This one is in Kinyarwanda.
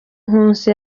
nkusi